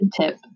tip